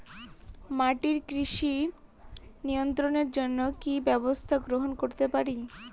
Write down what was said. মাটির কৃমি নিয়ন্ত্রণের জন্য কি কি ব্যবস্থা গ্রহণ করতে পারি?